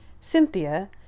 Cynthia